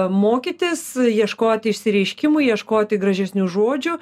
mokytis ieškoti išsireiškimų ieškoti gražesnių žodžių